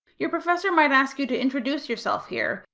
your professor might ask you to introduce yourself here,